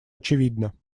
очевидна